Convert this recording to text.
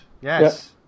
Yes